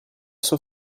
sua